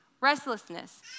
restlessness